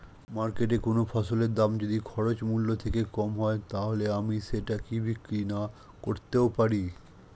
মার্কেটৈ কোন ফসলের দাম যদি খরচ মূল্য থেকে কম হয় তাহলে আমি সেটা কি বিক্রি নাকরতেও পারি?